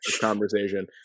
conversation